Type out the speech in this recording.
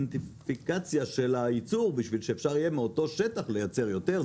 אינדיקציה של הייצור בשביל שאפשר יהיה מאותו שטח לייצר יותר,